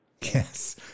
Yes